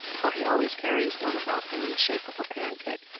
for he always carries one about him in the shape of a pancake,